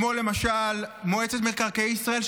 כמו למשל מועצת מקרקעי ישראל,